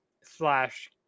slash